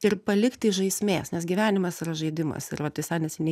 ir palikti žaismės nes gyvenimas yra žaidimas ir vat visai neseniai